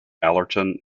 allerton